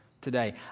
today